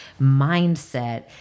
mindset